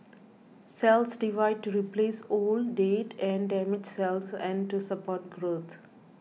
cells divide to replace old dead or damaged cells and to support growth